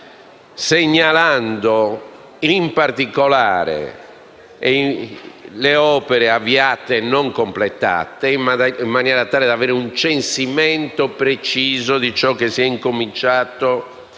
segnalando, in particolare, le opere avviate e non completate, in maniera tale da avere un censimento preciso di ciò che si è incominciato e